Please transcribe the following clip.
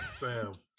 Bam